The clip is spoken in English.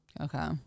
Okay